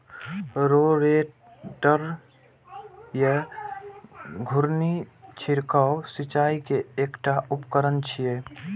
rotator या घुर्णी छिड़काव सिंचाइ के एकटा उपकरण छियै